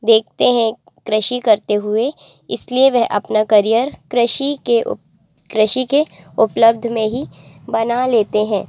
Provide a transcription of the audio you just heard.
देखते हैं कृषि करते हुए इसलिए वह अपना करिअर कृषि के कृषि के उपलब्ध में ही बना लेते हैं